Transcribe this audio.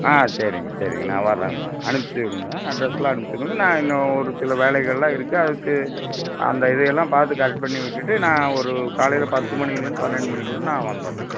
ஆ சரிங்க சரிங்க நான் வரறேங்கம்மா அனுப்பிச்சு விடுங்க அட்ரஸெலாம் அனுப்பிச்சி விடுங்க நான் இன்னும் ஒரு சில வேலைகளெலாம் இருக்குது அதுக்கு அந்த இதையெல்லாம் பார்த்து கரெட் பண்ணி விட்டுவிட்டு நான் ஒரு காலையில் பத்து மணியிலேருந்து பன்னெண்டு மணிக்குள்ளே நான் வந்துடறேங்க